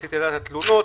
רציתי לדעת על תלונות,